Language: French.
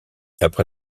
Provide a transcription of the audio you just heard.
après